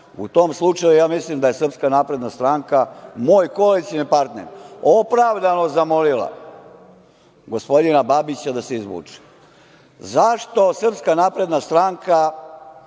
u tom slučaju ja mislim da je Srpska napredna stranka, moj koalicioni partner, opravdano zamolila gospodina Babića da se izvuče.Zašto Srpska napredna stranka